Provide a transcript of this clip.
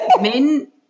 men